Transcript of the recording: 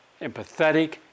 empathetic